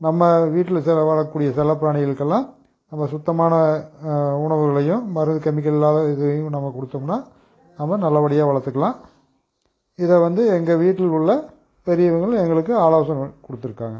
நம்ம வீட்டில் சில வளர்க்கக்கூடிய செல்லப் பிராணிகளுக்கெல்லாம் நம்ம சுத்தமான உணவுகளையும் மருந்து கெமிக்கல் இல்லாத இதையும் நம்ம கொடுத்தோம்னா நம்ம நல்லபடியாக வளர்த்துக்கலாம் இதை வந்து எங்கள் வீட்டில் உள்ள பெரியவங்களும் எங்களுக்கு ஆலோசனை கொடுத்துருக்காங்க